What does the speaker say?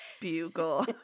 bugle